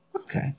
Okay